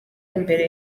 imbere